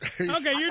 Okay